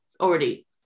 already